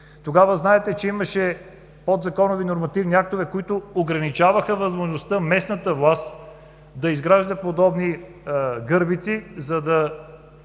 тогава имаше подзаконови нормативни актове, които ограничаваха възможността местната власт да изгражда подобни гърбици, за да